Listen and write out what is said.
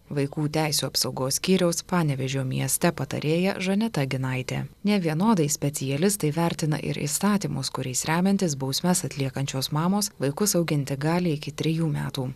vaikų teisių apsaugos skyriaus panevėžio mieste patarėja žaneta ginaitė nevienodai specialistai vertina ir įstatymus kuriais remiantis bausmes atliekančios mamos vaikus auginti gali iki trejų metų